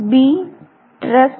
dress